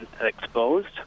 exposed